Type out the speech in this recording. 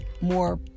more